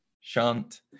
Shant